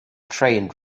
trained